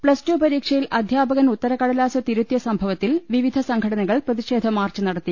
plus two പരീക്ഷയിൽ അധ്യാപകൻ ഉത്തരക്കടലാസ് തിരു ത്തിയ സംഭവത്തിൽ വിവിധ സംഘടനകൾ പ്രതിഷേധമാർച്ച് നടത്തി